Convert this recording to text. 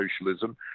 socialism